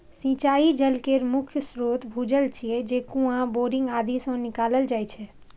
सिंचाइ जल केर मुख्य स्रोत भूजल छियै, जे कुआं, बोरिंग आदि सं निकालल जाइ छै